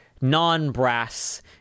non-brass